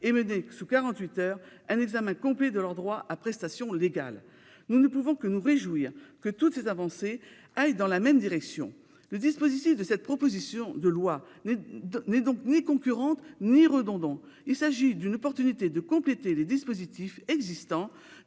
et mener sous quarante-huit heures un examen complet de leurs droits à prestations légales. Nous ne pouvons que nous réjouir que toutes ces avancées aillent dans la même direction. Le dispositif de cette proposition de loi n'est donc ni concurrent ni redondant. Il s'agit d'une occasion de compléter les dispositifs existants